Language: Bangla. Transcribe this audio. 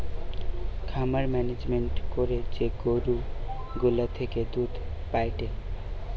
খামার মেনেজমেন্ট করে যে গরু গুলা থেকে দুধ পায়েটে